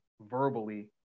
verbally